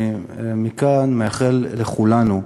מכאן אני מאחל לכולנו,